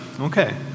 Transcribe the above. okay